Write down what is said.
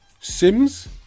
Sims